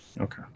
Okay